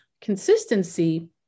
consistency